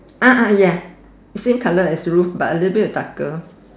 ah ya same colour as the roof but a little bit darker